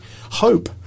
hope